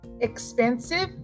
Expensive